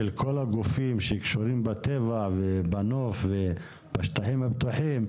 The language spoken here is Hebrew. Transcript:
כל הגופים שקשורים בטבע ובנוף ובשטחים הפתוחים,